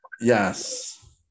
Yes